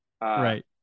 right